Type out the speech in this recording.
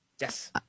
Yes